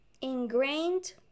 Ingrained